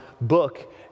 book